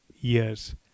years